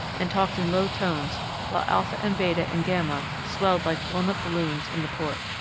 and talked in low tones while alpha and beta and gamma swelled like blown-up balloons in the port.